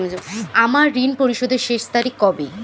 আমার ঋণ পরিশোধের শেষ তারিখ কবে?